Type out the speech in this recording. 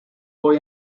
hoy